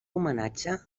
homenatge